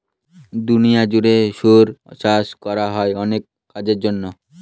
দুনিয়া জুড়ে শুয়োর চাষ করা হয় অনেক কাজের জন্য